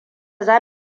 za